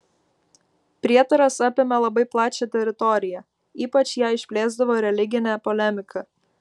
prietaras apėmė labai plačią teritoriją ypač ją išplėsdavo religinė polemika